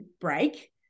break